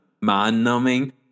mind-numbing